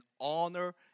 honor